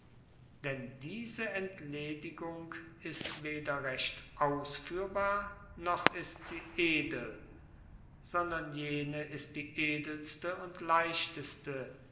denn diese entledigung ist weder recht ausführbar noch ist sie edel sondern jene ist die edelste und leichteste